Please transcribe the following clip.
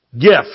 gift